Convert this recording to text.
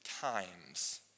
times